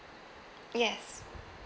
yes